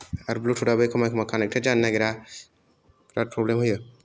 आर ब्लुटुथआबो एखमब्ला एखमब्ला कानेक्टटेड जानो नागेरा बेराद प्रब्लेम होयो